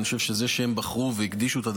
אני חושב שבזה הם בחרו והקדישו את הדבר,